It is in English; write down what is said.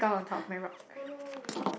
oh no